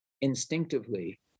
instinctively